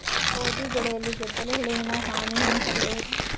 ಗೋಧಿ ಬೆಳೆಯಲ್ಲಿ ಗೆದ್ದಲು ಹುಳುವಿನ ಹಾನಿ ಹೆಂಗ ತಡೆಬಹುದು?